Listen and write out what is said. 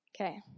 Okay